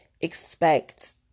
expect